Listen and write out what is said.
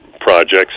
Projects